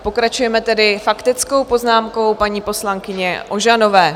Pokračujeme tedy faktickou poznámkou paní poslankyně Ožanové.